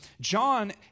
John